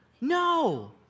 no